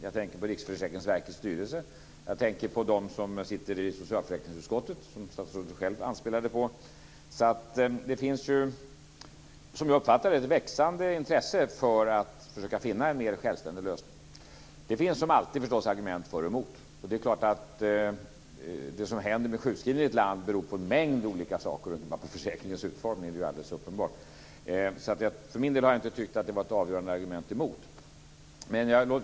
Jag tänker på Riksförsäkringsverkets styrelse, på dem som sitter i socialförsäkringsutskottet och som statsrådet själv anspelade på. Det finns, som jag uppfattar det, ett växande intresse för att försöka finna en mer självständig lösning. Det finns som alltid argument för och emot. Det som händer med sjukskrivningar i ett land beror på en mängd olika saker, inte bara på försäkringens utformning - det är alldeles uppenbart. För min del har jag inte tyckt att det var ett avgörande argument emot.